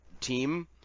team